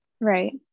Right